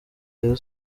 rayon